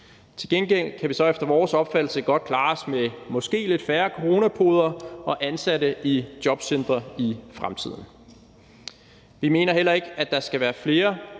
Til gengæld kan vi så efter vores opfattelse godt klare os med måske lidt færre coronapodere og ansatte i jobcentre i fremtiden. Vi mener heller ikke, at der skal være flere,